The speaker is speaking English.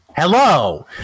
Hello